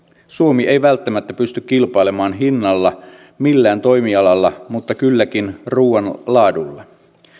suomi ei välttämättä pysty kilpailemaan hinnalla millään toimialalla mutta kylläkin ruuan laadulla